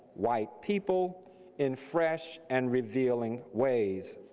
white people in fresh and revealing ways.